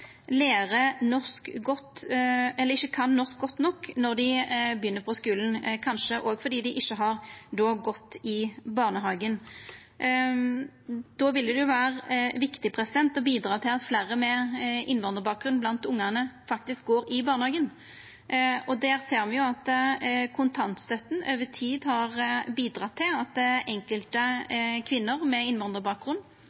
kan norsk godt nok når dei begynner på skulen, kanskje òg fordi dei ikkje har gått i barnehagen. Då vil det jo vera viktig å bidra til at fleire med innvandrarbakgrunn blant ungane faktisk går i barnehagen. Me ser at kontantstøtta over tid har bidratt til at enkelte